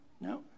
No